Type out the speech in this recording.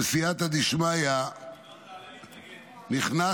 בס"ד, נכנס